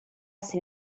sin